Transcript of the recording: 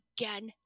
again